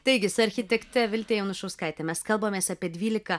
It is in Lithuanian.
taigi su architekte vilte janušauskaite mes kalbamės apie dvylika